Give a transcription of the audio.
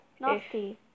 Nasty